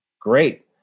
Great